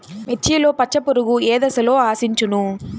మిర్చిలో పచ్చ పురుగు ఏ దశలో ఆశించును?